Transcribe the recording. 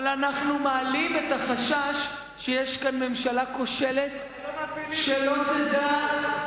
אבל אנחנו מעלים את החשש שיש כאן ממשלה כושלת שלא תדע,